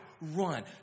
run